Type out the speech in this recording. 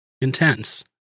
intense